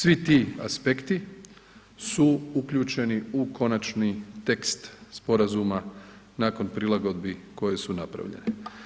Svi ti aspekti su uključeni u konačni tekst sporazuma nakon prilagodbi koje su napravljene.